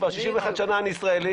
כבר 61 שנה אני ישראלי,